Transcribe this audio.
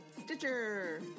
Stitcher